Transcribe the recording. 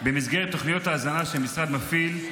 במסגרת תוכניות ההזנה שהמשרד מפעיל.